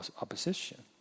opposition